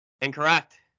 Incorrect